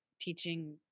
teaching